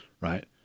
right